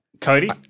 Cody